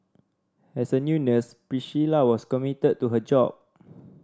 as a new nurse Priscilla was committed to her job